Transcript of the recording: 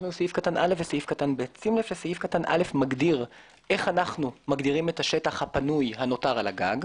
סעיף קטן (א) מגדיר איך אנו מגדירים את השטח הפנוי הנותר על הגג.